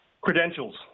credentials